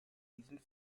even